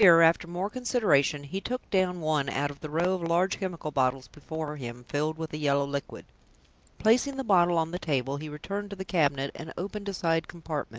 here, after more consideration, he took down one out of the row of large chemical bottles before him, filled with a yellow liquid placing the bottle on the table, he returned to the cabinet, and opened a side compartment,